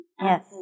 Yes